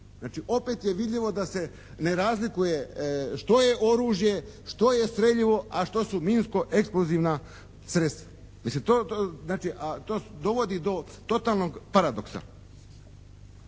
Znači opet je vidljivo da se ne razlikuje što je oružje, što je streljivo, a što su minsko-eksplozivna sredstva. Mislim, to znači to dovodi do totalnog paradoksa.